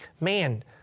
man